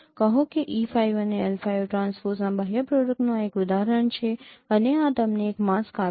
કહો કે E5 અને L5 ટ્રાન્સપોઝના બાહ્ય પ્રોડક્ટનું આ એક ઉદાહરણ છે અને આ તમને એક માસ્ક આપશે